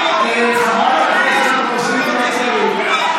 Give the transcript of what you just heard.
חברת הכנסת סטרוק, לצאת, בבקשה.